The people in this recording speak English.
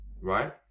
right